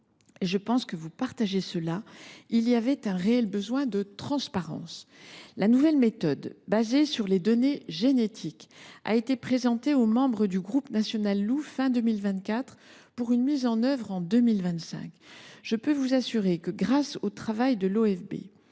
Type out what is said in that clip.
troisièmement, vous admettrez qu’il existait un réel besoin de transparence. La nouvelle méthode, basée sur les données génétiques, a été présentée aux membres du groupe national Loup à la fin de l’année 2024, pour une mise en œuvre en 2025. Je peux vous assurer que, grâce au travail de l’OFB,